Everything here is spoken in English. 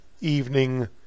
evening